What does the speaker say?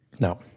No